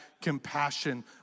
compassion